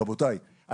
רבותיי,